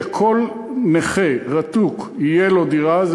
שבה אנחנו מתחייבים שכל נכה רתוק תהיה לו דירה.